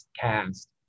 cast